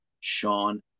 Sean